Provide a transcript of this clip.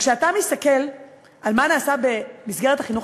כשאתה מסתכל על מה נעשה במסגרת החינוך